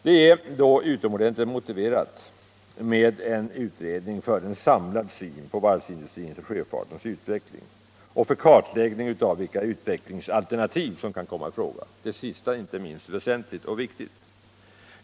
Det är då utomordentligt väl motiverat med en utredning, som kan ge oss en samlad syn på varvsindustrins och sjöfartens utveckling och kartläggning av de utvecklingsalternativ som kan komma i fråga. Det sistnämnda är inte minst väsentligt.